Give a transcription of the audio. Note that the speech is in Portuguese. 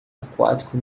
aquático